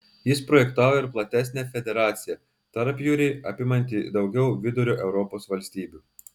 jis projektavo ir platesnę federaciją tarpjūrį apimantį daugiau vidurio europos valstybių